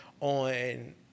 on